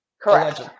Correct